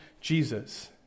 Jesus